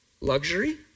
luxury